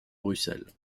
bruxelles